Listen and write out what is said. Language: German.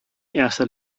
erster